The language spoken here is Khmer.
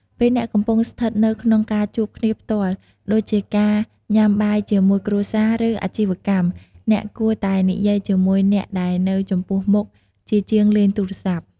ពេលអ្នកកំពុងស្ថិតនៅក្នុងការជួបគ្នាផ្ទាល់ ដូចជាការញុាំបាយជាមួយគ្រួសារ ឬ អាជីវកម្ម អ្នកគួរតែនិយាយជាមួយអ្នកដែលនៅចំពោះមុខជាជាងលេងទូរស័ព្ទ។